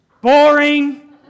boring